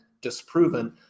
disproven